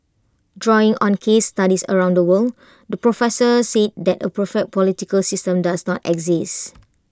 drawing on case studies around the world the professor said that A perfect political system does not exist